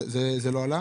זה לא עלה?